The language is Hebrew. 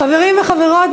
חברים וחברות,